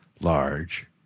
large